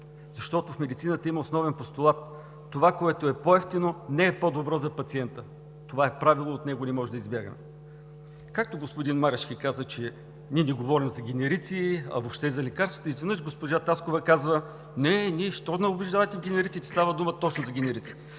защото в медицината има основен постулат: това, което е по-евтино, не е по-добро за пациента. Това е правило, от него не можем да избягаме. Както господин Марешки каза, че ние не говорим за генерици, а въобще за лекарствата, изведнъж госпожа Таскова казва: не, защо ни убеждавате в генериците, става дума точно за генерици.